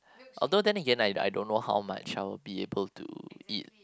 although then Again I don't I don't know how much I would be able to eat